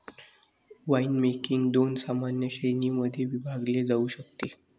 winemaking दोन सामान्य श्रेणीं मध्ये विभागले जाऊ शकते